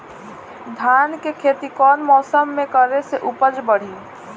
धान के खेती कौन मौसम में करे से उपज बढ़ी?